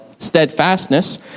steadfastness